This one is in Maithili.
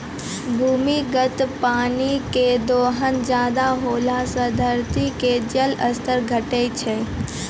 भूमिगत पानी के दोहन ज्यादा होला से धरती के जल स्तर घटै छै